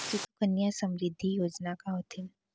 सुकन्या समृद्धि योजना का होथे